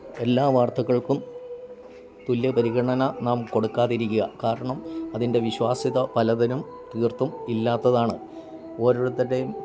എല്ലാ വാർത്തകൾക്കും തുല്യ പരിഗണന നാം കൊടുക്കാതെ ഇരിക്കുക കാരണം അതിൻ്റെ വിശ്വാസ്യത പലതിനും തീർത്തും ഇല്ലാത്തതാണ് ഓരോരുത്തരുടെയും